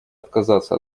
отказаться